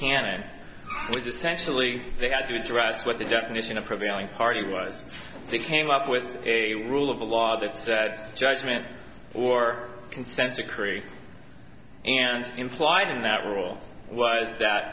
can and which essentially they had to address what the definition of prevailing party was they came up with a rule of law that judgment or consent decree and implied in that rule was that